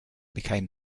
became